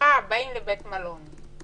משפחה באים לבית מלון.